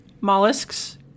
mollusks